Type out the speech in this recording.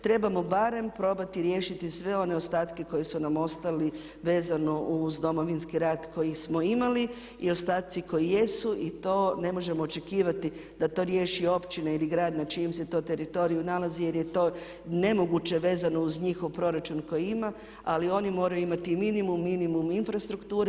Trebamo barem probati riješiti sve one ostatke koji su nam ostali vezano uz Domovinski rat koji smo imali i ostaci koji jesu i to ne možemo očekivati da to riješi općina ili grad na čijem se to teritoriju nalazi jer je to nemoguće vezano uz njihov proračun koji ima, ali oni moraju imati minimum, minimum infrastrukture.